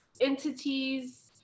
entities